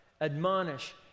admonish